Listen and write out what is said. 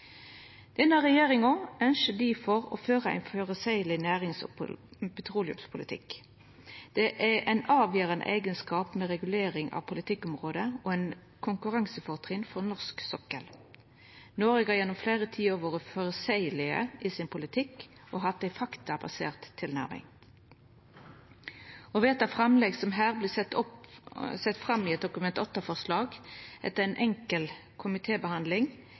Denne regjeringa ønskjer difor å føra ein føreseieleg nærings- og petroleumspolitikk. Dette er ein avgjerande eigenskap ved regulering av politikkområdet og eit konkurransefortrinn for norsk sokkel. Noreg har gjennom fleire tiår vore føreseieleg i sin politikk og hatt ei faktabasert tilnærming. Å vedta framlegg som vert sette fram i eit Dokument 8-forslag, etter ei enkel